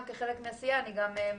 רבה.